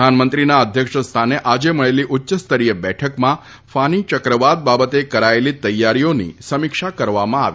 પ્રધાનમંત્રીના અધ્યક્ષ સ્થાને આજે મળેલી ઉચ્ચ સ્તરીય બેઠકમાં ફાની ચક્રવાત બાબતે કરાયેલી તેયારીઓની સમીક્ષા કરવામાં આવી હતી